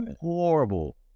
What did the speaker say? horrible